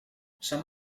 some